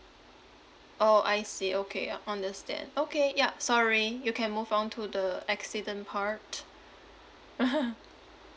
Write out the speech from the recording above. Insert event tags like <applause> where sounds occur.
orh I see okay ya understand okay yup sorry you can move on to the accident part <laughs>